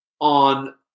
on